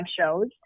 shows